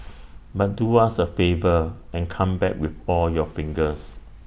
but do us A favour and come back with all your fingers